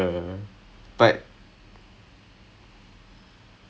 now everything is just java python